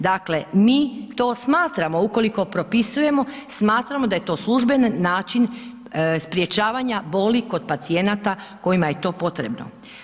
Dakle, mi to smatramo ukoliko propisujemo, smatramo da je to služben način sprječavanja boli kod pacijenata kojima je to potrebno.